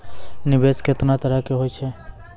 निवेश केतना तरह के होय छै?